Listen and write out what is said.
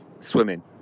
Swimming